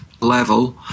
level